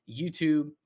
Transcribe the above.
YouTube